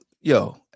yo